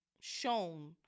shown